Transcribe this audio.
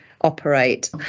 operate